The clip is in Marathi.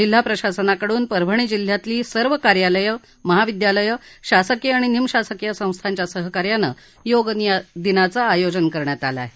जिल्हा प्रशासनाकडून परभणी जिल्ह्यातील सर्व कार्यालये महाविद्यालये शासकीय आणि निमशासकीय संस्थांच्या सहकार्याने योग दिनाचं आयोजन करण्यात आलं आहे